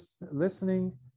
listening